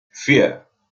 vier